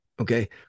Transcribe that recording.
Okay